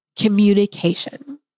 communication